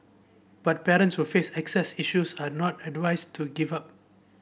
but parents who face access issues are not advised to give up